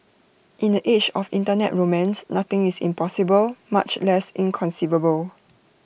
in the age of Internet romance nothing is impossible much less inconceivable